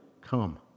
come